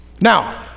Now